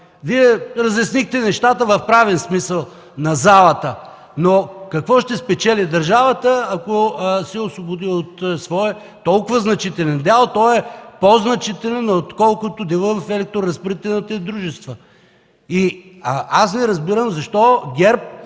Вие разяснихте нещата на залата в правен смисъл. Какво обаче ще спечели държавата, ако се освободи от своя толкова значителен дял? Той е по-значителен, отколкото дела в електроразпределителните дружества. Не разбирам защо ГЕРБ